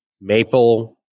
maple